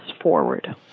forward